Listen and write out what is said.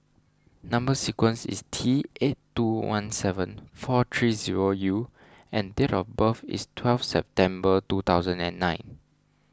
Number Sequence is T eight two one seven four three zero U and date of birth is twelve September two thousand and nine